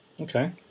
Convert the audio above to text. Okay